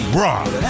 rock